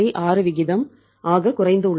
6 ஆக குறைந்துள்ளது